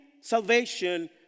salvation